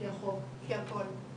כי החוק וכי הכול,